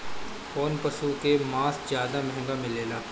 कौन पशु के मांस ज्यादा महंगा मिलेला?